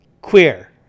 Queer